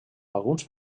alguns